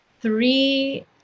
three